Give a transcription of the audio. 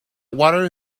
water